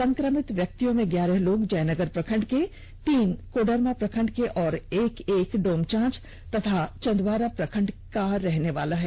संक्रमित व्यक्तियों में ग्याहर लोग जयनगर प्रखंड के तीन लोग कोडरमा प्रखंड के और एक एक व्यक्ति डोमचांच और चंदवारा प्रखंड के रहने वाले हैं